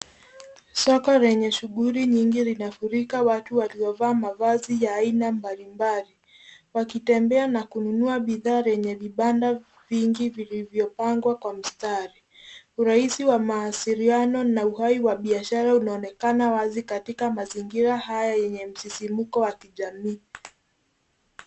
Soko lenye shughuli nyingi linafurika watu waliovaa mavazi ya aina mbalimbali wakitembea na kununua bidhaa kwenye vibanda vilivyopangwa kwa mstari. Urahisi wa mawasiliano na uhai wa bishara unaonekana wazi katika mazingira haya yenye msisimko wa kijamii.